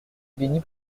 béni